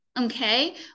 okay